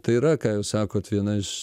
tai yra ką jūs sakot viena iš